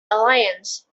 alliance